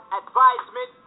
advisement